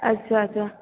अच्छा अच्छा